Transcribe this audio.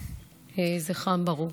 יהי זכרם ברוך.